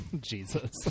Jesus